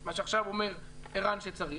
מה שעכשיו אומר ערן שצריך.